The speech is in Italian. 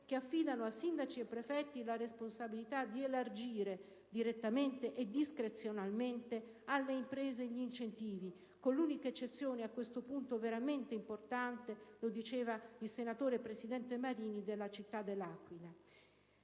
che affidano a sindaci e prefetti la responsabilità di elargire, direttamente e discrezionalmente, gli incentivi alle imprese, con l'unica eccezione, a questo punto veramente importante - lo diceva il senatore Marini - della città dell'Aquila.